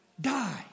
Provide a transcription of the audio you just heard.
Die